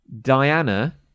Diana